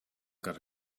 got